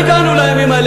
הגענו לימים האלה?